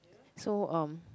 so um